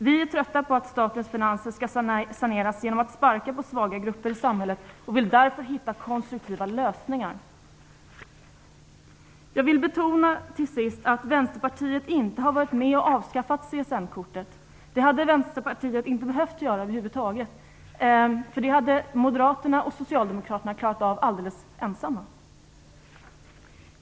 Vi är trötta på att statens finanser skall saneras genom att sparka på svaga grupper i samhället och vill därför hitta konstruktiva lösningar. Jag vill till sist betona att Vänsterpartiet inte har varit med och avskaffat CSN-kortet. Det hade Vänsterpartiet inte behövt göra. Det hade Moderaterna och Socialdemokraterna klarat av alldeles själva.